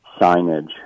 signage